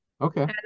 okay